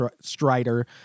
Strider